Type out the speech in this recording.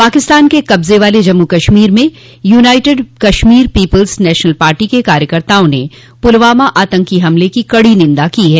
पाकिस्तान के कब्जे वाले जम्मू कश्मीर में united Kashmir people's national party के कार्यकर्ताओं ने पूलवामा आतंकी हमले की कड़ो निंदा की है